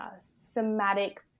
somatic